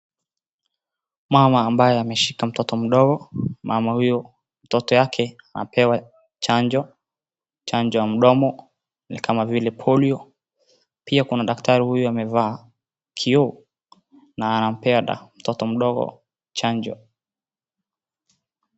Mama ambaye ameshika mtoto mdogo. Mama huyo mtoto yake anapewa chanjo. Chanjo ya mdomo, ni kama vile polio. Pia kuna daktari huyu amevaa kioo na anampea mtoto mdogo chanjo.